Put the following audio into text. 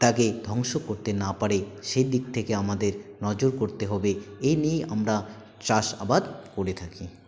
তাগে ধ্বংস করতে না পারে সে দিক থেকে আমাদের নজর করতে হবে এ নিয়ে আমরা চাষ আবাদ করে থাকি